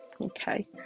Okay